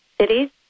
cities